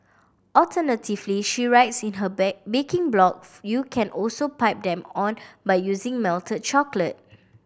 alternatively she writes in her bake baking blogs you can also pipe them on by using melted chocolate